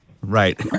Right